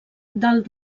dalt